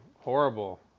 horrible